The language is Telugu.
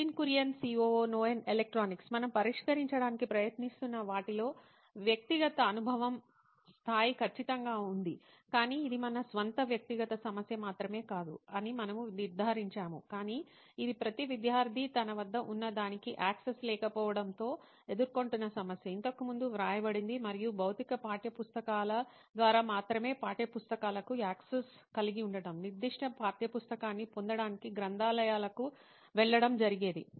నితిన్ కురియన్ COO నోయిన్ ఎలక్ట్రానిక్స్ మనము పరిష్కరించడానికి ప్రయత్నిస్తున్న వాటిలో వ్యక్తిగత అనుభవ స్థాయి ఖచ్చితంగా ఉంది కాని ఇది మన స్వంత వ్యక్తిగత సమస్య మాత్రమే కాదు అని మనము నిర్ధారించాము కాని ఇది ప్రతి విద్యార్థి తన వద్ద ఉన్న దానికి యాక్సెస్ లేకపోవడంతో ఎదుర్కొంటున్న సమస్య ఇంతకు ముందు వ్రాయబడింది మరియు భౌతిక పాఠ్యపుస్తకాల ద్వారా మాత్రమే పాఠ్యపుస్తకాలకు యాక్సిస్ కలిగి ఉండటం నిర్దిష్ట పాఠ్యపుస్తకాన్ని పొందడానికి గ్రంథాలయాలకు వెళ్లడం జరిగేది